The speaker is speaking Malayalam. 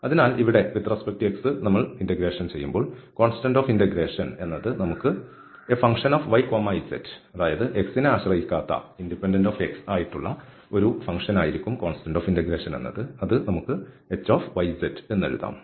അതിനാൽ ഇവിടെ കോൺസ്റ്റന്റ് ഓഫ് ഇന്റഗ്രേഷൻ എന്ന നിലയിൽ നമുക്ക് y z എന്നിവയുടെ ഒരു ഫങ്ക്ഷൻ ആയി എഴുതാം അതായത് x നെ ആശ്രയിക്കാത്ത ഒരു ഫങ്ക്ഷൻ ആയി hyzഎന്ന് എഴുതാം